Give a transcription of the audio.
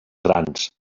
grans